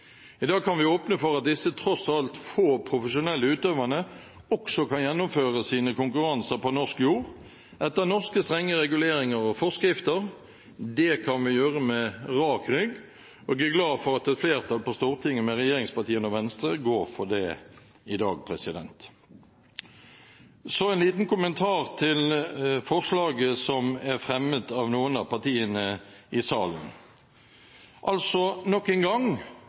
I dag kan vi åpne for at disse tross alt få profesjonelle utøverne også kan gjennomføre sine konkurranser på norsk jord, etter norske strenge reguleringer og forskrifter. Det kan vi gjøre med rak rygg, og jeg er glad for at et flertall på Stortinget med regjeringspartiene og Venstre går for det i dag. Så en liten kommentar til forslaget som er fremmet av noen av partiene i salen. Nok en gang